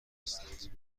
هستند